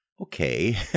Okay